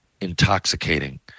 intoxicating